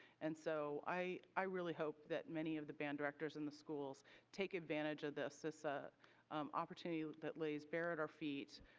and so i i really hope that many of the band directors in the schools take advantage of this this ah opportunity that lays bare at our feet.